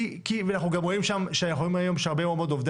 ואנחנו גם רואים היום שהרבה מאוד מעובדי